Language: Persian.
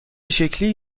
شکلی